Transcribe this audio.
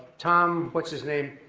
tom, what's his name?